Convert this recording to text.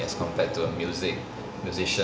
as compared to a music musician